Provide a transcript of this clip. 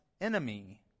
enemy